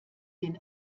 den